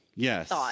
Yes